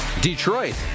Detroit